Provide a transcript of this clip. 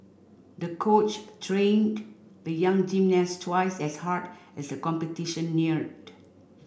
the coach trained the young gymnast twice as hard as the competition neared